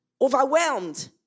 overwhelmed